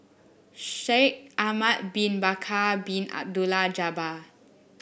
Shaikh Ahmad Bin Bakar Bin Abdullah Jabbar